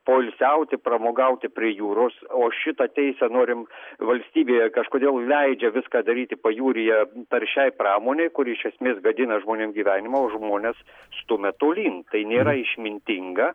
poilsiauti pramogauti prie jūros o šitą teisę norim valstybėje kažkodėl leidžia viską daryti pajūryje taršiai pramonei kuri iš esmės gadina žmonių gyvenimą o žmones stumia tolyn tai nėra išmintinga